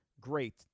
great